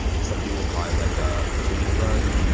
some people will call it like a tuning run,